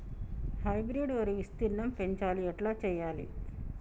Hybrid వరి విస్తీర్ణం పెంచాలి ఎట్ల చెయ్యాలి?